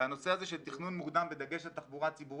והנושא הזה של תכנון מוקדם בדגש על תחבורה ציבורית,